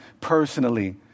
personally